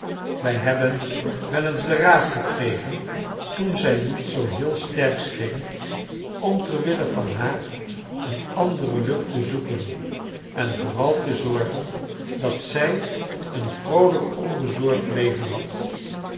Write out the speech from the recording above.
wij hebben wel eens den raad gekregen toen zij niet zoo heel sterk scheen om ter wille van haar een andere lucht te zoeken en vooral te zorgen dat zij een vroolijk onbezorgd leven had